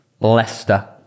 leicester